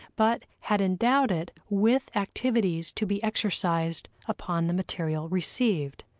but had endowed it with activities to be exercised upon the material received.